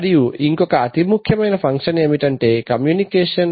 మరియు ఇంకొక అతి ముఖ్యమైన ఫంక్షన్ ఏమిటంటే కమ్యూనికేషన్